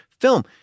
film